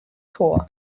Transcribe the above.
tour